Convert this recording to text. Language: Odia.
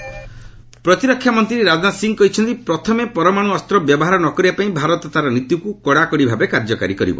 ରାଜନାଥ ସିଂହ ପ୍ରତିରକ୍ଷା ମନ୍ତ୍ରୀ ରାଜନାଥ ସିଂହ କହିଛନ୍ତି ପ୍ରଥମେ ପରମାଣୁ ଅସ୍ତ ବ୍ୟବହାର ନ କରିବା ପାଇଁ ଭାରତ ତାର ନୀତିକୁ କଡ଼ାକଡ଼ି ଭାବେ କାର୍ଯ୍ୟକାରୀ କରିବ